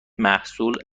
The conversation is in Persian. محصول